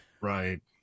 Right